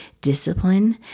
discipline